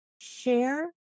Share